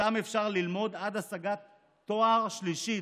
שם אפשר ללמוד עד השגת תואר שלישי,